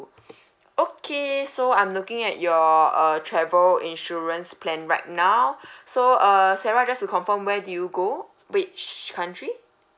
okay so I'm looking at your uh travel insurance plan right now so uh sarah just to confirm where do you go which country